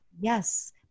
Yes